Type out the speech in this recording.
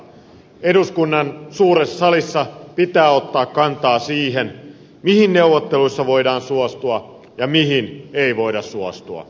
eduskunnan suuressa salissa pitää ottaa kantaa siihen mihin neuvotteluissa voidaan suostua ja mihin ei voida suostua